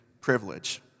privilege